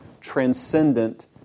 transcendent